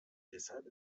deshalb